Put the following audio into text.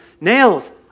nails